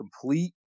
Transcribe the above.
complete